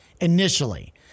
initially